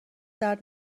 درد